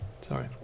sorry